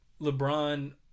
LeBron